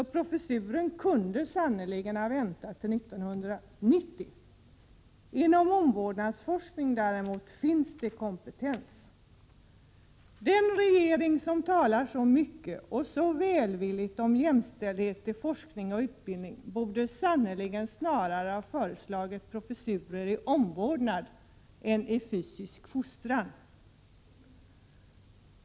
Därför hade denna professur sannerligen kunnat vänta till 1990. Inom omvårdnadsforskningen finns det däremot kompetens. Den regering som talar så mycket och så välvilligt om jämställdhet i forskning och utbildning borde snarare ha föreslagit professurer i omvårdnad än i fysisk fostran.